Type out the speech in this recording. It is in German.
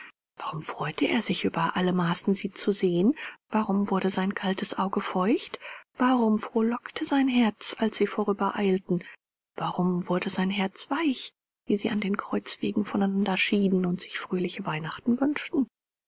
warum freute er sich über alle maßen sie zu sehen warum wurde sein kaltes auge feucht warum frohlockte sein herz als sie vorübereilten warum wurde sein herz weich wie sie an den kreuzwegen voneinander schieden und sich fröhliche weihnachten wünschten